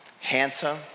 handsome